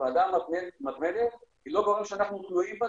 הוועדה המתמדת היא לא גורם שאנחנו תלויים בו